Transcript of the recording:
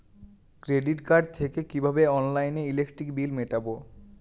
Credit card থেকে কিভাবে অনলাইনে ইলেকট্রিক বিল মেটাবো?